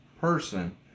person